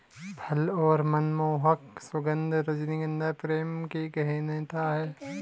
फल और मनमोहक सुगन्ध, रजनीगंधा प्रेम की गहनता है